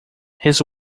his